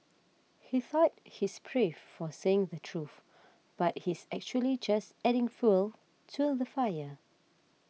he thought he's brave for saying the truth but he's actually just adding fuel to the fire